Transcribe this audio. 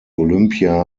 olympia